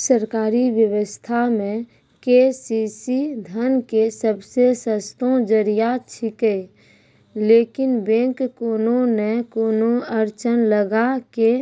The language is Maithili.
सरकारी व्यवस्था मे के.सी.सी धन के सबसे सस्तो जरिया छिकैय लेकिन बैंक कोनो नैय कोनो अड़चन लगा के